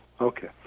Okay